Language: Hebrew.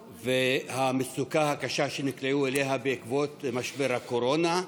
ולמצוקה הקשה שנקלעו אליה בעקבות משבר הקורונה.